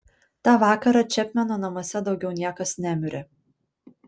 tą vakarą čepmeno namuose daugiau niekas nemirė